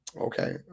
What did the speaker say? Okay